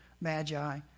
magi